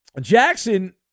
Jackson